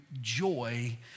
joy